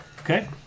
Okay